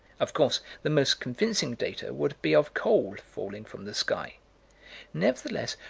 of course the most convincing data would be of coal falling from the sky nevertheless,